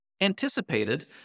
anticipated